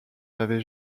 m’avez